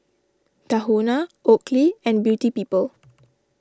Tahuna Oakley and Beauty People